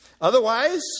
Otherwise